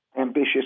Ambitious